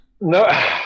No